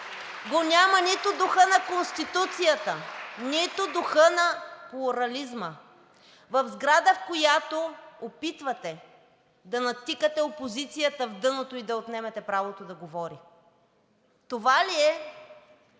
го няма нито духът на Конституцията, нито духът на плурализма? В сграда, в която опитвате да натикате опозицията в дъното и да ѝ отнемете правото да говори? Това ли е